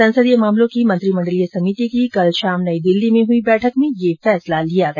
संसदीय मामलों की मंत्रिमंडलीय समिति की कल शाम नई दिल्ली में हुई बैठक में यह फैसला लिया गया